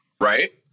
Right